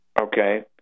Okay